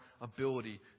ability